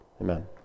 amen